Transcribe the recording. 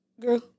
girl